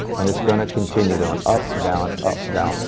and it's going to continue going up-down, up-down,